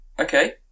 Okay